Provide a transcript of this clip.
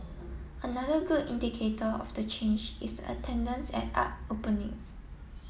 another good indicator of the change is the attendance at art openings